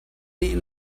nih